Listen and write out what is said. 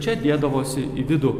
čia dėdavosi į vidų